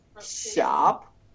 Shop